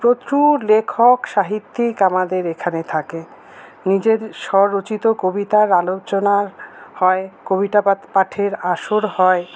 প্রচুর লেখক সাহিত্যিক আমাদের এখানে থাকে নিজের স্বরচিত কবিতার আলোচনা হয় কবিটাপাত পাঠের আসর হয়